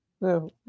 No